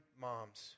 moms